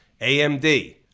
AMD